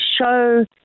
show